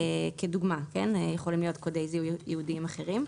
כדוגמה כי יכולים להיות קודי זיהוי ייעודיים אחרים.